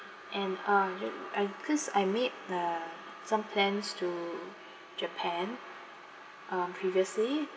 and uh ju~ I cause I made uh some plans to japan um previously